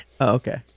Okay